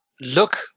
look